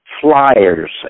flyers